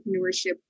Entrepreneurship